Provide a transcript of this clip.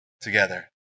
together